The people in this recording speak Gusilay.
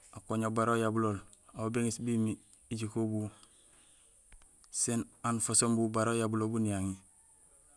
Akoña bala uyabulool, aw béŋéés bémi éjiko bu, sén aan façon bu bala uyabulool bu niyaŋi.